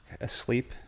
Asleep